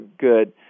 good